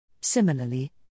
Similarly